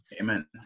Amen